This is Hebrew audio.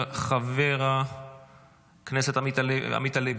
חבר הכנסת עמית הלוי,